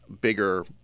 bigger –